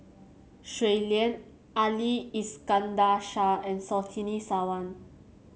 Shui Lan Ali Iskandar Shah and Surtini Sarwan